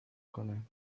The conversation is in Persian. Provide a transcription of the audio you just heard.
کنند